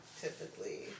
typically